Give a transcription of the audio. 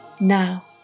Now